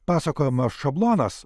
pasakojimas šablonas